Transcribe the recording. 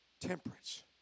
Temperance